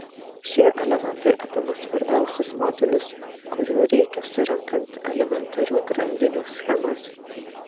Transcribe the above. šie elementai apima svarbiausius modulius kurių reikia surenkant elementarių grandinių schemas